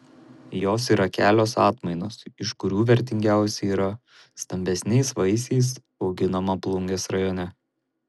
jos yra kelios atmainos iš kurių vertingiausia yra stambesniais vaisiais auginama plungės rajone